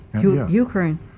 Ukraine